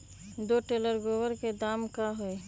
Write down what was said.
दो टेलर गोबर के दाम का होई?